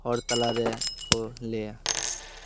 ᱦᱚᱲ ᱛᱟᱞᱟ ᱨᱮᱠᱚ ᱞᱟᱹᱭᱟ